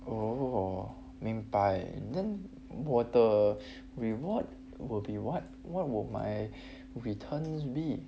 oh 明白 then 我的 reward will be what what would my returns be